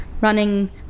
running